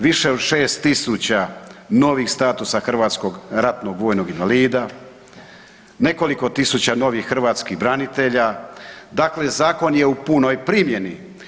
Više od 6 tisuća novih statusa hrvatskog ratnog vojnog invalida, nekoliko tisuća novih hrvatskih branitelja, dakle zakon je u punoj primjeni.